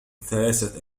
ثلاثة